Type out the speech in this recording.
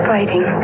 Fighting